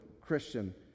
christian